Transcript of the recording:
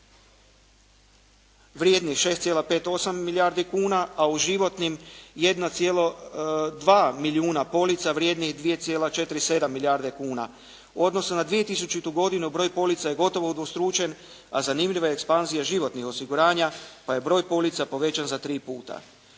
vrijednih 6,58 milijardi kuna, a u životnim 1,2 milijuna polica, polica vrijednih 2,47 milijarde kuna. U odnosu na 2000. godinu broj polica je gotovo udvostručen a zanimljiva je ekspanzija životnih osiguranja pa je broj polica povećan za 3 puta.